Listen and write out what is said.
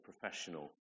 professional